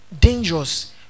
dangerous